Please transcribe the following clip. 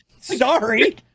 Sorry